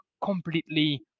completely